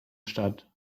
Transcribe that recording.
statt